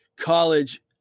college